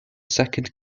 second